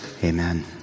amen